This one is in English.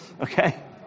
Okay